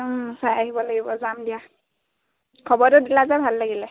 চাই আহিব লাগিব যাম দিয়া খবৰটো দিলা যে ভাল লাগিলে